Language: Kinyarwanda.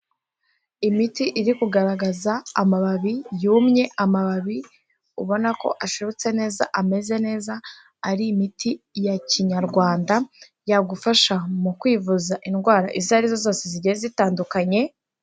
Imiti iri kugaragaza amababi yumye, amababi ubona ko ashobotse neza, ameze neza, ari imiti ya kinyarwanda yagufasha mu kwivuza indwara izo ari zose zigiye zitandukanye.